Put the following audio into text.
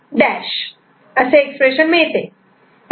' असे एक्सप्रेशन मिळते